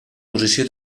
posició